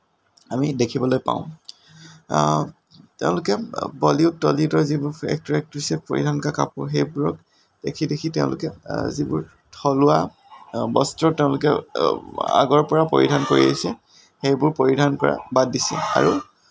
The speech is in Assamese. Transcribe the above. আমি দেখিবলৈ পাওঁ তেওঁলোকে বলীউড টলীউডৰ যিবোৰ এক্টৰ এক্ট্ৰেছে পৰিধান কৰা কাপোৰ সেইবোৰক দেখি দেখি তেওঁলোকে যিবোৰ থলুৱা বস্ত্ৰ তেওঁলোকে আগৰ পৰা পৰিধান কৰি আহিছে সেইবোৰ পৰিধান কৰা বাদ দিছে আৰু